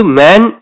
man